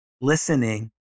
listening